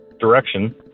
direction